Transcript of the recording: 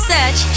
Search